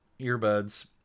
earbuds